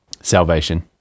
salvation